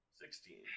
Sixteen